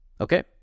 Okay